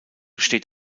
steht